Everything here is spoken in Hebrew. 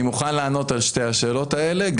אני מוכן לענות על שתי השאלות האלה,